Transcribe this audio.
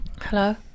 Hello